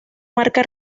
marca